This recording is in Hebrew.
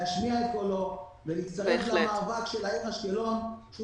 להשמיע את קולו ולהצטרף למאבק של העיר אשקלון,